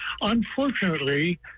Unfortunately